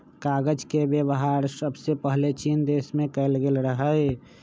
कागज के वेबहार सबसे पहिले चीन देश में कएल गेल रहइ